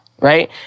right